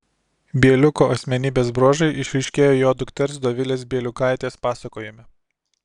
bieliuko asmenybės bruožai išryškėjo jo dukters dovilės bieliukaitės pasakojime